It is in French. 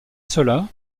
cela